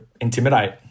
intimidate